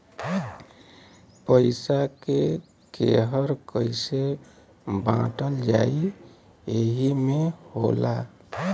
पइसा के केहर कइसे बाँटल जाइ एही मे होला